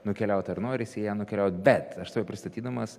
nukeliaut ar norisi į ją nukeliaut bet aš tave pristatydamas